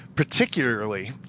Particularly